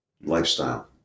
Lifestyle